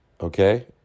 Okay